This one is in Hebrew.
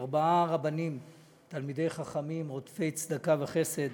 ארבעה רבנים תלמידי חכמים רודפי צדקה וחסד,